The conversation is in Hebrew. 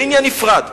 זה עניין נפרד.